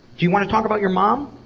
you wanna talk about your mom?